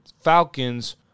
Falcons